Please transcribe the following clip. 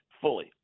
fully